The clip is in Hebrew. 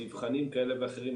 מבחנים כאלה ואחרים,